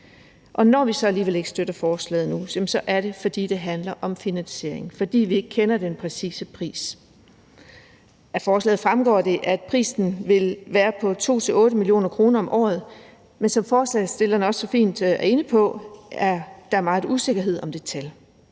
Når vi så alligevel ikke støtter forslaget nu, er det, fordi det handler om finansiering, og fordi vi ikke kender den præcise pris. Af forslaget fremgår det, at prisen vil være på 2-8 mio. kr. om året, men som forslagsstillerne også så fint er inde på, er der meget usikkerhed om det tal,